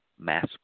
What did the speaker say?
Mass